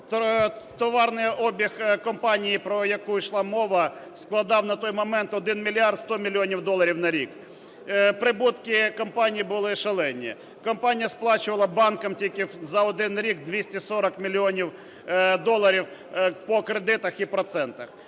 Товарний обіг компанії, про яку йшла мова, складав на той момент 1 мільярд 100 мільйонів доларів на рік. Прибутки компанії були шалені. Компанія сплачувала банкам тільки за 1 рік 240 мільйонів доларів по кредитах і процентах.